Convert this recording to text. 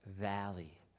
valley